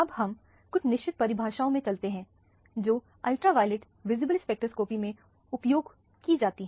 अब हम कुछ निश्चित परिभाषाओं में चलते हैं जो अल्ट्रावॉयलेट विजिबल स्पेक्ट्रोस्कोपी में उपयोग की जाती हैं